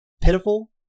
pitiful